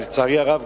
לצערי הרב,